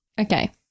okay